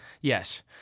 Yes